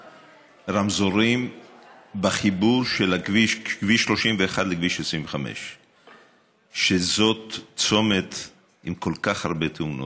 רמזורים בחיבור של כביש 31 לכביש 25. זה צומת עם כל כך הרבה תאונות,